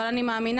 אבל אני מאמינה